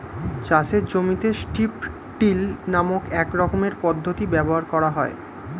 চাষের জমিতে strip till নামক এক রকমের পদ্ধতি ব্যবহার করা হয়